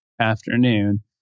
afternoon